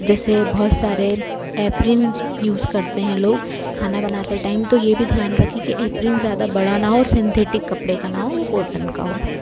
जैसे बहुत सारे एप्रीन यूज करते हैं लोग खाना बनाते टाइम तो ये भी ध्यान रखें कि एप्रीन ज़्यादा बड़ा ना हो और सिंथेटिक कपड़े का ना हो वो कॉटन का हो